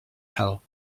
hell